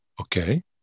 Okay